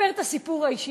לספר את הסיפור האישי,